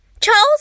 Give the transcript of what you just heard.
Charles